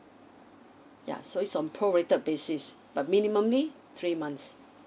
yeah so it's on prorated basis but minimally three months